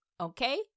okay